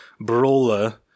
brawler